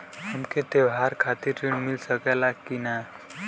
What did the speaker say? हमके त्योहार खातिर त्रण मिल सकला कि ना?